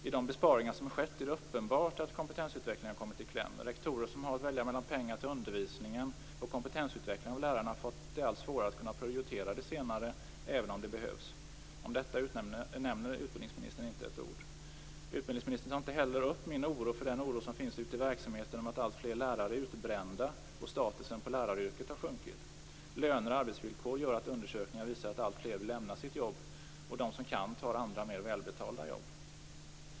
I de besparingar som har skett är det uppenbart att kompetensutvecklingen har kommit i kläm. Rektorer som har att välja mellan pengar till undervisningen och kompetensutveckling av lärarna har fått det allt svårare att kunna prioritera det senare även om det behövs. Om detta nämner utbildningsministern inte ett ord. Utbildningsministern tar inte heller upp min oro för den oro som finns ute verksamheten för att alltfler lärare är utbrända och för att statusen på läraryrket har sjunkit. Undersökningar visar att löner och arbetsvillkor gör att alltfler vill lämna sitt jobb, och de som kan tar andra, mer välbetalda jobb.